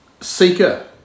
seeker